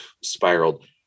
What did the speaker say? spiraled